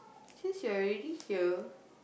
since you're already here